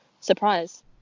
surprise